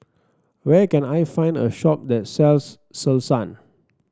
where can I find a shop that sells Selsun